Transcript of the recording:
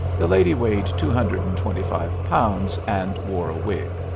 the lady weighed two hundred and twenty-five pounds, and wore a wig.